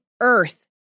earth